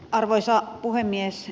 arvoisa puhemies